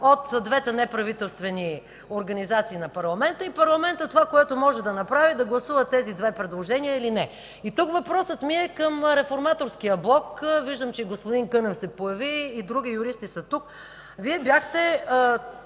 от двете неправителствени организации на парламента и парламентът това, което може да направи, е да гласува тези две предложения или не. И тук въпросът ми е към Реформаторския блок. Виждам, че господин Кънев се появи, и други юристи са тук. Вие бяхте